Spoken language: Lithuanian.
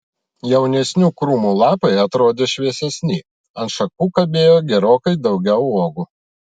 jaunesnių krūmų lapai atrodė šviesesni ant šakų kabėjo gerokai daugiau uogų